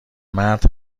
مرد